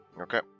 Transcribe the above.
Okay